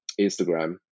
Instagram